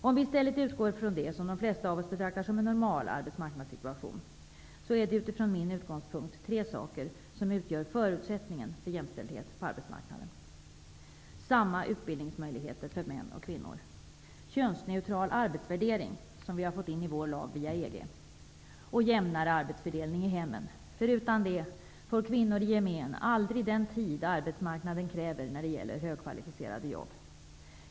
Om vi i stället utgår från det som de flesta av oss betraktar som en normal arbetsmarknadssituation, är det från min utgångspunkt tre saker som utgör förutsättningen för jämställdhet på arbetsmarknaden: 2.Könsneutral arbetsvärdering -- som vi har fått in i vår lag via EG. 3.Jämnare arbetsfördelning i hemmen. Utan det får kvinnor i gemen aldrig den tid arbetsmarknaden kräver när det gäller högkvalificerade jobb.